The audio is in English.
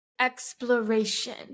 exploration